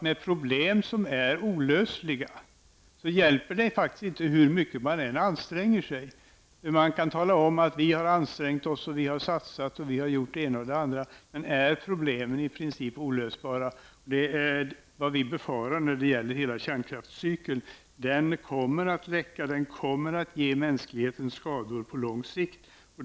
När problem är olösliga, hjälper det inte hur mycket man än anstränger sig. Man kan tala om att man har satsat och gjort det ena och det andra, men det hjälper inte när problemen i princip är olösbara, och det är vad vi befarar när det gäller hela kärnkraftscykeln. Det kommer att läcka, och på lång sikt kommer mänskligheten att skadas.